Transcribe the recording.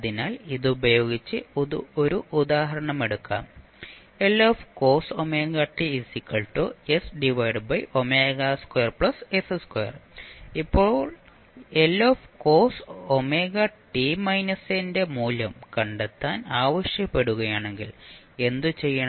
അതിനാൽ ഇതുപയോഗിച്ച് ഒരു ഉദാഹരണമെടുക്കാം cos ωt ഇപ്പോൾ cos ω ന്റെ മൂല്യം കണ്ടെത്താൻ ആവശ്യപ്പെടുകയാണെങ്കിൽ എന്തുചെയ്യണം